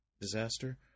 disaster